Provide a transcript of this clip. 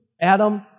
Adam